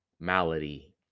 Malady